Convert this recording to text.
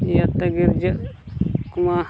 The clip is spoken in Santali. ᱤᱭᱟᱹᱛᱮ ᱜᱤᱨᱡᱟᱹᱜ ᱩᱱᱠᱩ ᱢᱟ